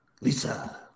Lisa